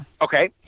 okay